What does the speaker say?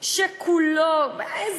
אבל הבטחת לי.